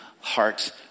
heart